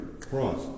cross